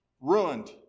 ruined